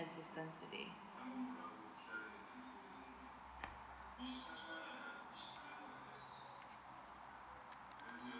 assistance today